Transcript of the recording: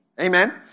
Amen